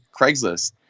Craigslist